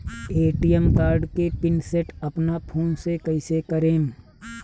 ATM card के pin set अपना phone से कइसे करेम?